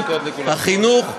החינוך,